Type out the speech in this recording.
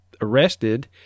arrested